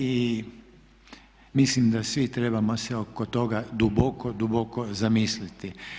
I mislim da svi trebamo se oko toga duboko, duboko zamisliti.